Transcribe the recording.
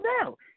no